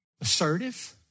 assertive